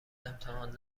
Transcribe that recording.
امتحان